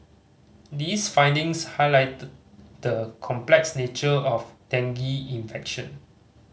these findings highlight the the complex nature of dengue infection